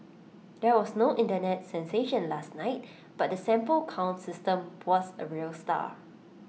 there was no Internet sensation last night but the sample count system was A real star